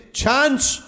chance